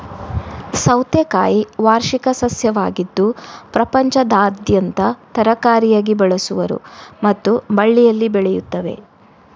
ಸೌತೆಕಾಯಿ ವಾರ್ಷಿಕ ಸಸ್ಯವಾಗಿದ್ದು ಪ್ರಪಂಚದಾದ್ಯಂತ ತರಕಾರಿಯಾಗಿ ಬಳಸುವರು ಮತ್ತು ಬಳ್ಳಿಯಲ್ಲಿ ಬೆಳೆಯುತ್ತವೆ